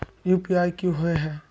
UPI की होय है?